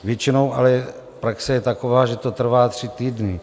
Většinou je ale praxe taková, že to trvá tři týdny.